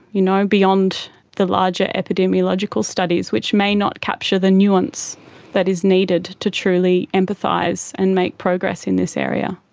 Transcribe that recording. you know and beyond the large ah epidemiological studies which may not capture the nuance that is needed to truly empathise and make progress in this area.